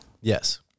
Yes